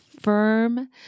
firm